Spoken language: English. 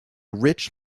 rich